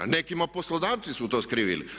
Nekima poslodavci su to skrivili.